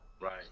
right